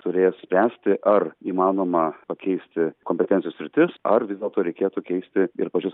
turės spręsti ar įmanoma pakeisti kompetencijos sritis ar vis dėlto reikėtų keisti ir pačius